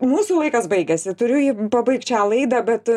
mūsų laikas baigėsi turiu pabaigt šią laidą bet